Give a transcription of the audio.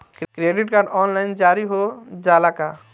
Credit card online जारी हो जाला का?